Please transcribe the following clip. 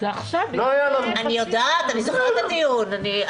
אני יודעת, אני זוכרת את הדיון.